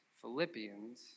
Philippians